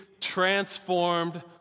transformed